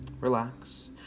relax